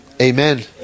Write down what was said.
Amen